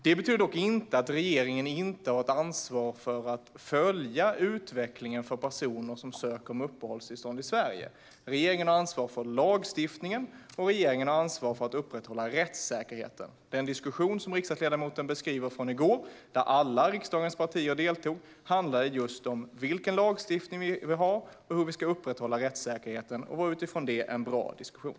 Det betyder dock inte att regeringen inte har ansvar för att följa utvecklingen för personer som ansöker om uppehållstillstånd i Sverige. Regeringen har ansvar för lagstiftningen. Och regeringen har ansvar för att upprätthålla rättssäkerheten. Diskussionen i går som riksdagsledamoten beskriver, och som alla riksdagens partier deltog i, handlade just om vilken lagstiftning vi vill ha och om hur vi ska upprätthålla rättssäkerheten. Det var utifrån det en bra diskussion.